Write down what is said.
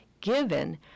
given